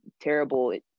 terrible